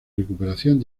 recuperación